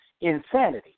insanity